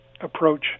approach